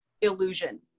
illusion